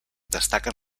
destaquen